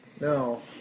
No